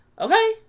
Okay